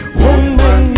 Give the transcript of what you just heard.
woman